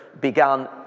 began